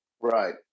Right